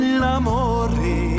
l'amore